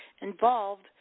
involved